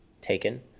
taken